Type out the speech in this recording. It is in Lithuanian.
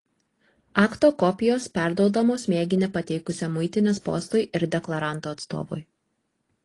akto kopijos perduodamos mėginį pateikusiam muitinės postui ir deklaranto atstovui